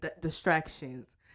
distractions